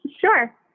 Sure